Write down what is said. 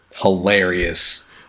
Hilarious